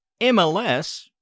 MLS